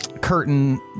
curtain